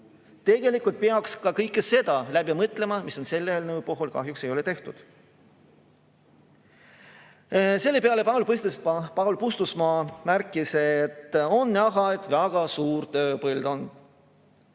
Tegelikult peaks kõik selle läbi mõtlema, mida selle eelnõu puhul kahjuks ei ole tehtud. Selle peale Paul Puustusmaa märkis, et on näha, et väga suur tööpõld on.